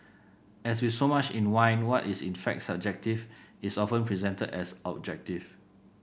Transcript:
as with so much in wine what is in fact subjective is often presented as objective